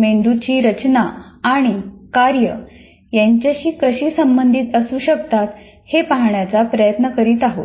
मेंदूची रचना आणि कार्य यांच्याशी कशी संबंधित असू शकतात हे पाहण्याचा प्रयत्न करीत आहोत